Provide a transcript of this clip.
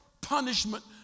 punishment